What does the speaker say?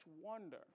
wonder